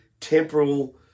temporal